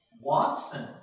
Watson